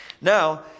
Now